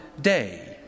day